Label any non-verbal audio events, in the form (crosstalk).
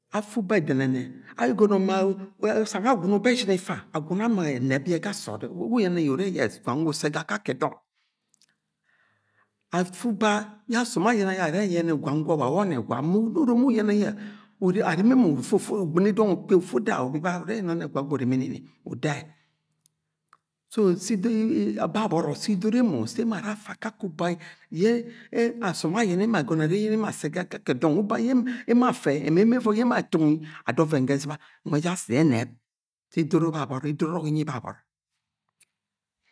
Afu uba ẹdẹnẹnẹ ẹgọnọ (unintelligible) asang agwuna uba ẹshin ifa agwuna mọ ẹnẹp yẹ ga sọọd wu uyẹnẹ yẹ urẹ yẹs gwang gwọ ussẹ ga akakẹ dọng. (hesitation) Afẹ uba yẹ asom ayẹnẹ yẹ arẹ yẹnẹ gwang gwọ wa we ọnẹgwa ma onurom wy uyẹnẹ yẹ (hesitation) arimi mọ ufu ufu ugbɨni dọnv ukpi ufu uda ubiba urẹ ọnẹgwa gwọ urimini ni uda yẹ, so si (unintelligible) babọrọ si idoro emo sẹ emo ara afẹ akakẹ uba yẹ (hesitation) asọm ayene emo agọnọ arẹ emo assẹ ga akakẹ dọng uba yẹ emo afẹ ẹma emo ẹvọi yẹ emo atungi ada oven ga ẹzɨba nwẹ jẹ asi ẹnẹp si idoro baboro, idoro ọrọk inyi babọrọ.